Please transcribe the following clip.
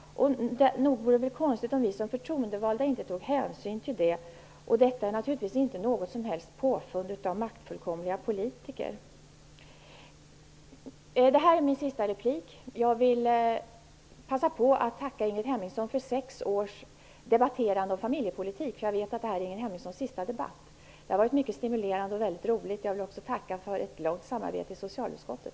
Nog vore det konstigt om vi som förtroendevalda inte tog hänsyn till det? Detta är naturligtvis inte något påfund av maktfullkomliga politiker. Detta är min sista replik. Jag vill passa på att tacka Ingrid Hemmingsson för sex års debatterande om familjepolitik, eftersom jag vet att detta är hennes sista debatt. Det har varit mycket stimulerande och roligt, och jag vill också tacka för ett mycket långt samarbete i socialutskottet.